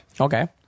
Okay